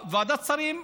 ועדת שרים,